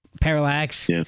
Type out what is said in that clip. Parallax